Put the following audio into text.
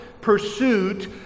pursuit